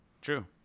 true